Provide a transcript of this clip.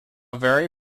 vary